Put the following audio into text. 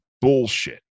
bullshit